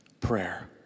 prayer